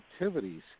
activities